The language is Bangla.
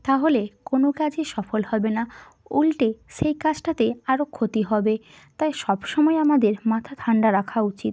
তাহলে কোনো কাজই সফল হবে না উলটে সেই কাজটাতে আরও ক্ষতি হবে তাই সবসময় আমাদের মাথা ঠান্ডা রাখা উচিত